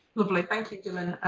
lovely, thank you, dylan.